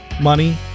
money